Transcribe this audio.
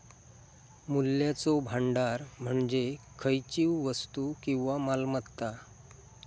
मूल्याचो भांडार म्हणजे खयचीव वस्तू किंवा मालमत्ता